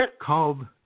called